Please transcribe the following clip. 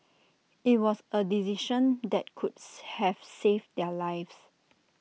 IT was A decision that could have saved their lives